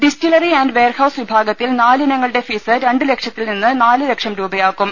distillery and warehouse വിഭാഗത്തിൽ നാലിനങ്ങളുടെ fees രണ്ട് ലക്ഷത്തിൽ നിന്ന് നാല് ലക്ഷം രൂപയാകും